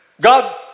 God